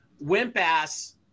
wimp-ass